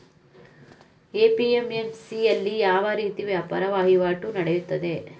APMC ಯಲ್ಲಿ ಯಾವ ರೀತಿ ವ್ಯಾಪಾರ ವಹಿವಾಟು ನೆಡೆಯುತ್ತದೆ?